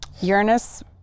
uranus